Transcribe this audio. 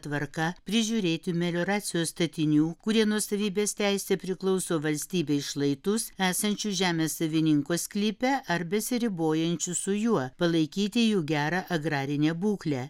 tvarka prižiūrėti melioracijos statinių kurie nuosavybės teise priklauso valstybei šlaitus esančius žemės savininko sklype ar besiribojančius su juo palaikyti jų gerą agrarinę būklę